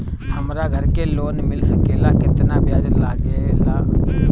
हमरा घर के लोन मिल सकेला केतना ब्याज लागेला?